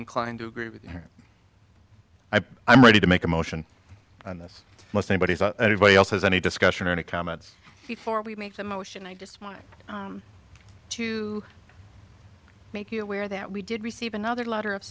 inclined to agree with you i'm ready to make a motion on this most anybody anybody else has any discussion or any comments before we make that motion i just want to make you aware that we did receive another letter of